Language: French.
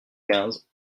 quinze